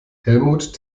helmut